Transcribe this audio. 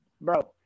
bro